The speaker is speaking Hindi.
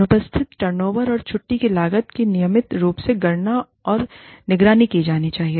अनुपस्थिति टर्नओवर और छुट्टी की लागत की नियमित रूप से गणना और निगरानी की जानी चाहिए